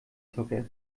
zocker